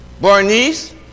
Bernice